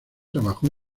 trabajó